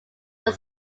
were